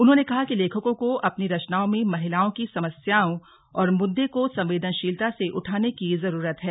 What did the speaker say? उन्होंने कहा कि लेखकों को अपनी रचनाओं में महिलाओं की समस्याओं और मुद्दों को संवेदनशीलता से उठाने की जरूरत है